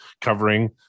covering